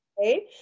okay